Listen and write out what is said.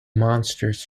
monsters